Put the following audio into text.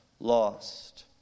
Lost